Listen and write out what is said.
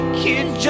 kid